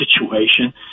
situation